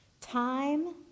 Time